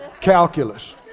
Calculus